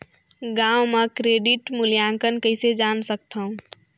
गांव म क्रेडिट मूल्यांकन कइसे जान सकथव?